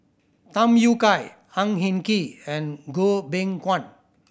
Tham Yui Kai Ang Hin Kee and Goh Beng Kwan